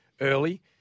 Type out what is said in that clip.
early